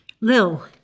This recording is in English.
Lil